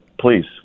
please